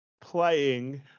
playing